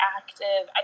active